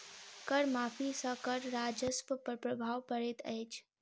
कर माफ़ी सॅ कर राजस्व पर प्रभाव पड़ैत अछि